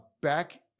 back